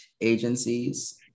agencies